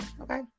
Okay